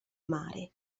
mare